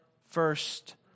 first